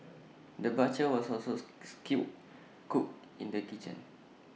the butcher was also skilled cook in the kitchen